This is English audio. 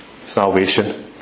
salvation